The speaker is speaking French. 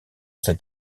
cet